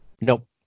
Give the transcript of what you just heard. Nope